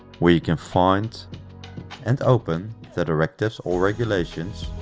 where you can find and open the directives or regulations